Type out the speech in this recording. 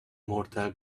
mortar